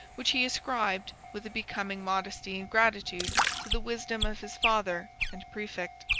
which he ascribed, with a becoming modesty and gratitude, to the wisdom of his father and praefect.